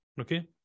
Okay